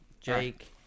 Jake